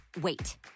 wait